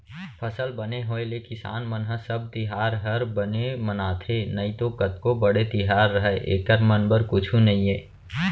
फसल बने होय ले किसान मन ह सब तिहार हर बने मनाथे नइतो कतको बड़े तिहार रहय एकर मन बर कुछु नइये